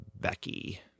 Becky